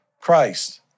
Christ